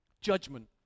judgment